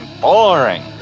boring